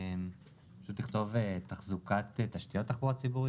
פשוט לכתוב 'תחזוקת תשתיות תחבורה ציבורית'?